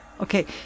okay